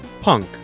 punk